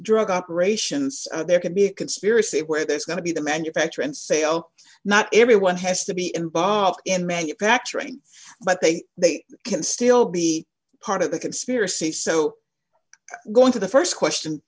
drug operations there can be a conspiracy where that's going to be the manufacture and say oh not everyone has to be involved in manufacturing but they they can still be part of the conspiracy so going to the st question